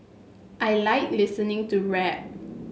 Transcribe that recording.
I like listening to rap